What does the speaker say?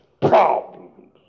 problems